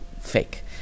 fake